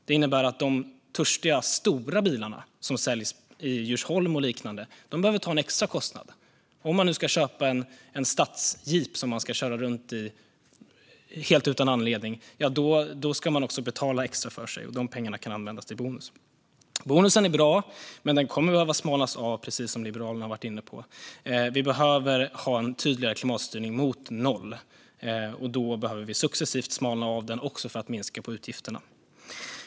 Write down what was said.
Det innebär att de törstiga och stora bilarna som säljs i Djursholm och liknande behöver ta en extra kostnad. Om man nu ska köpa en stadsjeep som man ska köra runt med helt utan anledning ska man också betala extra för sig. De pengarna kan användas till bonus. Bonusen är bra, men den kommer att behöva smalnas av, precis som Liberalerna har varit inne på. Vi behöver ha en tydligare klimatstyrning mot noll. Då behöver vi successivt smalna av den för att minska på utgifterna.